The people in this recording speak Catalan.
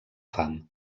fam